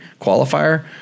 qualifier